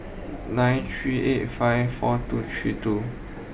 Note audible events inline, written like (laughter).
(hesitation) nine three eight five four two three two